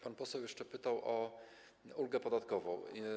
Pan poseł jeszcze pytał o ulgę podatkową.